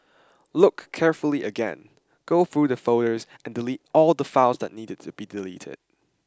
look carefully again go through the folders and delete all the files that needed to be deleted